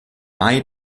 mai